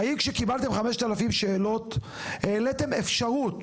האם כשקיבלתם 5,000 שאלות העליתם אפשרות,